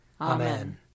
Amen